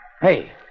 Hey